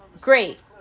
great